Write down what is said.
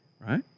Right